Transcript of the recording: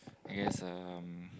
I guess um